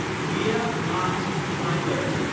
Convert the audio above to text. leah macht kleinberg